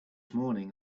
morning